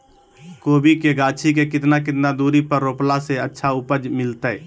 कोबी के गाछी के कितना कितना दूरी पर रोपला से अच्छा उपज मिलतैय?